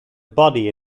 body